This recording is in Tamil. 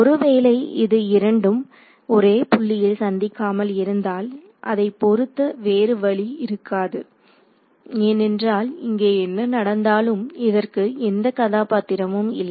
ஒருவேளை இது இரண்டும் ஒரே புள்ளியில் சந்திக்காமல் இருந்தால் அதை பொறுத்த வேறு வழி இருக்காது ஏனென்றால் இங்கே என்ன நடந்தாலும் இதற்கு எந்த கதாபாத்திரமும் இல்லை